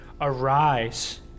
Arise